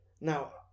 Now